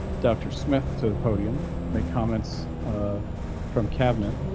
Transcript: dr smith to the podium make comments from cabinet.